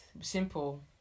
Simple